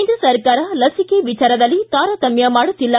ಕೇಂದ್ರ ಸರ್ಕಾರ ಲಸಿಕೆ ವಿಚಾರದಲ್ಲಿ ತಾರತಮ್ಯ ಮಾಡುತ್ತಿಲ್ಲ